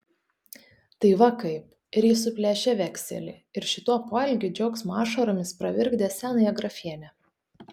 tai va kaip ir jis suplėšė vekselį ir šituo poelgiu džiaugsmo ašaromis pravirkdė senąją grafienę